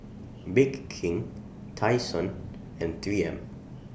Bake King Tai Sun and three M